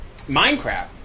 Minecraft